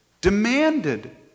demanded